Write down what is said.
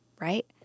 right